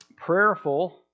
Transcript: Prayerful